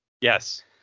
Yes